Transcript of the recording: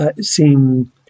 seem